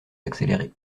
accéléré